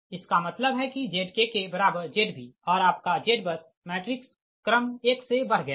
इसका मतलब है कि ZkkZb और आपका ZBUS मैट्रिक्स क्रम एक से बढ़ गया है